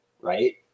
right